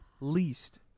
least